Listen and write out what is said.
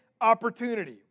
opportunity